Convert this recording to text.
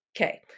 Okay